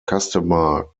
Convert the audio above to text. customer